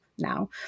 now